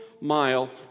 mile